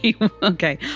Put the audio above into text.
okay